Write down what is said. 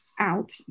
out